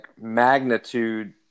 magnitude